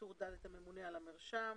הגורם הממונה הוא הממונה על המרשם.